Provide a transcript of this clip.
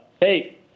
hey